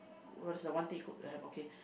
what is the one thing you could have okay